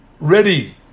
ready